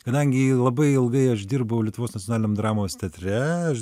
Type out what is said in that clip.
kadangi labai ilgai aš dirbau lietuvos nacionaliniam dramos teatre aš